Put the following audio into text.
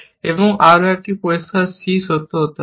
এবং আরো একটি পরিষ্কার c সত্য হতে হবে